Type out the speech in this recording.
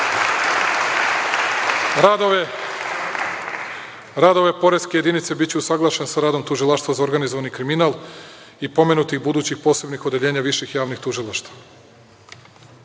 ove poreske jedinice biće usaglašen sa radom Tužilaštva za organizovani kriminal i pomenuti budući i posebnih odeljenja viših javnih tužilaštava. Novi